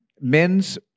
men's